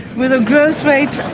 with a growth rate